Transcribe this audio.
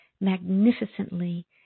magnificently